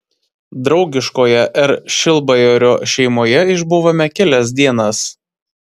draugiškoje r šilbajorio šeimoje išbuvome kelias dienas